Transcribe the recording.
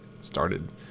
started